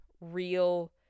real